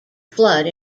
flood